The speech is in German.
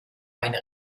eine